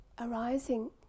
arising